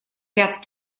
ряд